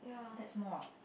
that small uh